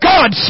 God